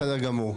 בסדר גמור.